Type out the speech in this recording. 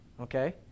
okay